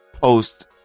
post